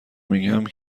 میگم